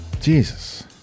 Jesus